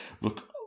look